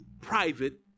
private